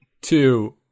two